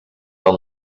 del